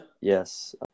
Yes